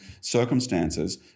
circumstances